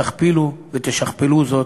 תכפילו ותשכפלו זאת,